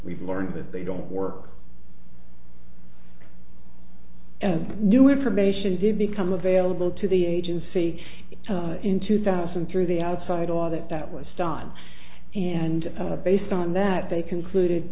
we've learned that they don't work and new information did become available to the agency in two thousand through the outside audit that was done and based on that they concluded